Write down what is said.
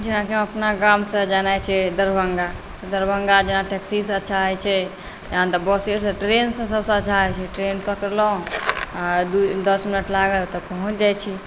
जेनाकि अपना गामसँ जेनाइ छै दरभङ्गा दरभङ्गा जेना टैक्सीसँ अच्छा होइ छै या नहि तऽ बसेसँ ट्रेनसँ सबसँ अच्छा होइ छै ट्रेन पकड़लहुँ आओर दस मिनट लागत पहुँचि जाइ छिए